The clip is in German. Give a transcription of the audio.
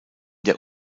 der